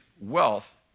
Wealth